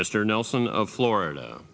mr nelson of florida